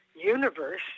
universe